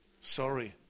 sorry